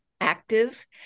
active